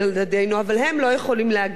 אבל הם לא יכולים להגיע לשם.